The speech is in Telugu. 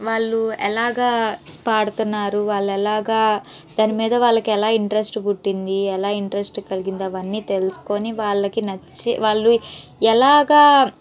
వాళ్ళు ఎలాగ పాడుతున్నారు వాళ్ళు ఎలాగ దాని మీద వాళ్ళకి ఎలా ఇంట్రెస్ట్ పుట్టింది ఎలా ఇంట్రెస్ట్ కలిగింది అవన్నీ తెలుసుకుని వాళ్ళకి నచ్చి వాళ్ళు ఎలాగా